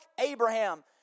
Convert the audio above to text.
Abraham